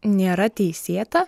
nėra teisėta